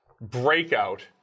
Breakout